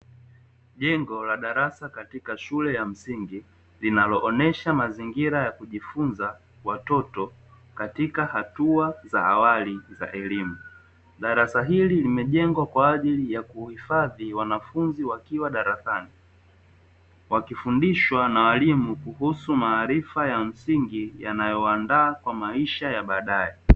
Jengo la darasa katika shule ya msingi linaloonesha mazingira ya kujifunza watoto katika hatua za awali za elimu. Darasa hili limejengwa kwa ajili ya kuhifadhi wanafunzi wakiwa darasani, wakifundishwa na walimu kuhusu maarifa za msingi yanayowaandaa kwa maisha ya badae